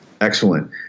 excellent